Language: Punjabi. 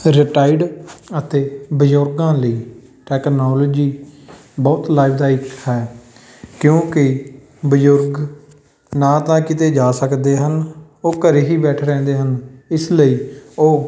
ਰਿਟਾਈਡ ਅਤੇ ਬਜ਼ੁਰਗਾਂ ਲਈ ਟੈਕਨੋਲੋਜੀ ਬਹੁਤ ਲਾਭਦਾਇਕ ਹੈ ਕਿਉਂਕਿ ਬਜ਼ੁਰਗ ਨਾ ਤਾਂ ਕਿਤੇ ਜਾ ਸਕਦੇ ਹਨ ਉਹ ਘਰ ਹੀ ਬੈਠੇ ਰਹਿੰਦੇ ਹਨ ਇਸ ਲਈ ਉਹ